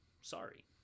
Sorry